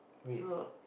so